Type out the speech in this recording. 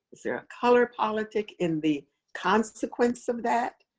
is there a color politic in the consequence of that?